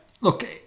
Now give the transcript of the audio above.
look